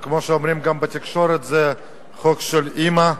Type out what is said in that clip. וכמו שגם אומרים בתקשורת, זה חוק של אמא,